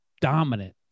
dominant